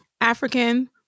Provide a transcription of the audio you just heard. African